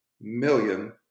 million